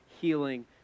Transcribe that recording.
healing